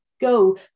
go